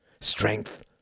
Strength